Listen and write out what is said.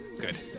Good